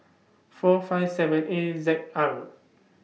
four five seven A Z R